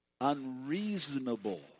unreasonable